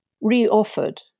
re-offered